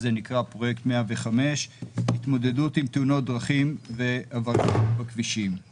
זה נקרא פרויקט 105. התמודדות עם תאונות דרכים ועבריינות בכבישים;